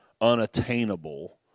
unattainable